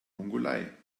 mongolei